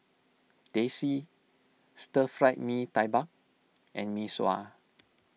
Teh C Stir Fried Mee Tai Mak and Mee Sua